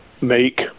make